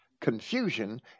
confusion